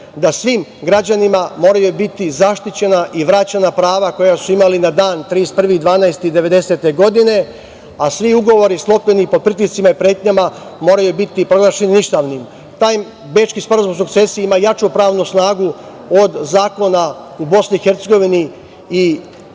da svim građanima moraju biti zaštićena i vraćena prava koja su imali na dan 31.12.1990. godine, a svi ugovori sklopljeni pod pritiscima i pretnjama moraju biti proglašeni ništavnim. Taj Bečki sporazum o sukcesiji ima jaču pravnu snagu od zakona u BiH i